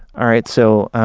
all right. so,